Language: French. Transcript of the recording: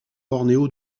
bornéo